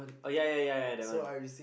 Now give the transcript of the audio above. oh ya ya ya ya that one